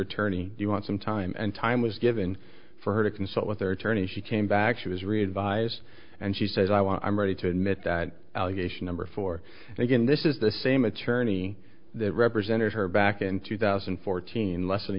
attorney you want some time and time was given for her to consult with their attorney she came back she was revised and she said i want i'm ready to admit that allegation number four and again this is the same attorney that represented her back in two thousand and fourteen less than a